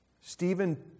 Stephen